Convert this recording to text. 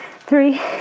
three